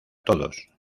todos